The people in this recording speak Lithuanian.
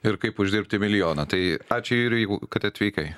ir kaip uždirbti milijoną tai ačiū jurijau kad atvykai